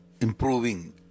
improving